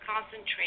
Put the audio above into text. concentrate